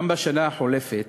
גם בשנה החולפת